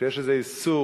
ויש איזה איסור.